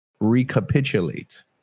recapitulate